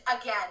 Again